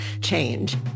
change